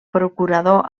procurador